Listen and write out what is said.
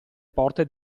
porte